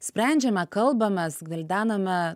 sprendžiame kalbamės gvildename